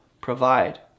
provide